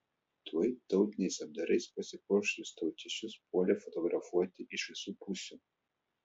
tuoj tautiniais apdarais pasipuošusius tautiečius puolė fotografuoti iš visų pusių